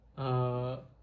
err